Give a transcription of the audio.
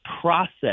process